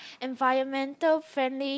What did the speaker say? environmental friendly